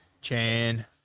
Chan